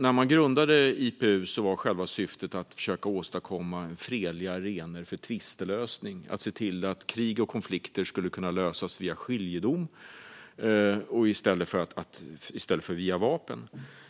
När man grundade IPU var själva syftet att försöka åstadkomma en fredlig arena för tvistlösning - att se till att krig och konflikter skulle kunna lösas via skiljedom i stället för via vapen.